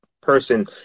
person